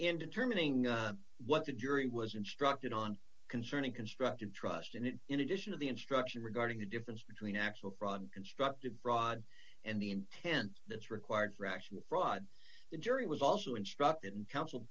in determining what the jury was instructed on concerning construct and trust and it in addition of the instruction regarding the difference between actual fraud constructed fraud and the intent that's required for action fraud the jury was also instructed and counsel